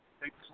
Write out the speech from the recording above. Thanks